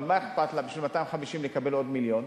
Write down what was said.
אבל מה אכפת לה בשביל 250,000 לקבל עוד מיליון?